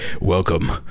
welcome